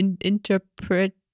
interpret